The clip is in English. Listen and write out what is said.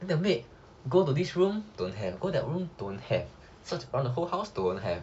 then the maid go to this room don't have go that room don't have search around the whole house don't have